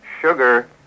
sugar